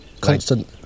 constant